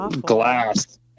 glass